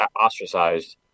ostracized